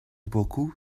beaucoup